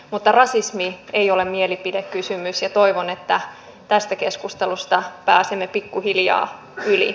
mutta rasismi ei ole mielipidekysymys ja toivon että tästä keskustelusta pääsemme pikkuhiljaa yli